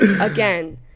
Again